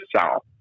South